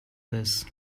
this